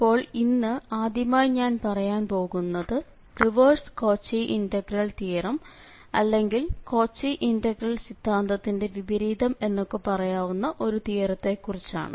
അപ്പോൾ ഇന്ന് ആദ്യമായി ഞാൻ പറയുവാൻ പോകുന്നത് റിവേഴ്സ് കോച്ചി ഇന്റഗ്രൽ തിയറം അല്ലെങ്കിൽ കോച്ചി ഇന്റഗ്രൽ സിദ്ധാന്തത്തിന്റെ വിപരീതം എന്നൊക്കെ പറയാവുന്ന ഒരു തിയറത്തിനെക്കുറിച്ചാണ്